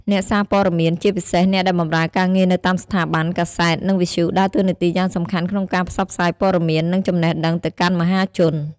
អ្នកសារព័ត៌មាន ជាពិសេសអ្នកដែលបម្រើការងារនៅតាមស្ថាប័ន កាសែត និងវិទ្យុ ដើរតួនាទីយ៉ាងសំខាន់ក្នុងការផ្សព្វផ្សាយព័ត៌មាន និងចំណេះដឹងទៅកាន់មហាជន។